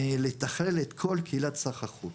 לתכלל את כל קהילת סחר חוץ.